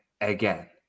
again